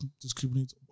discriminate